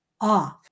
off